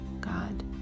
God